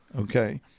Okay